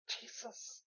Jesus